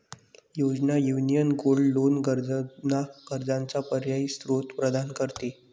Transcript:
योजना, union gold loan गरजूंना कर्जाचा पर्यायी स्त्रोत प्रदान करते